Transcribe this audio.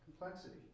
complexity